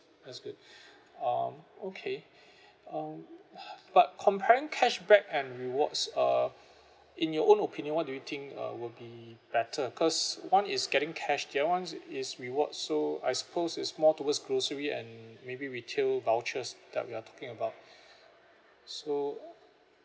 that's good um okay um but comparing cashback and rewards uh in your own opinion what do you think uh would be better because one is getting cash the other one is rewards so I suppose is more towards grocery and maybe retail vouchers that we are talking about so